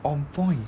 on point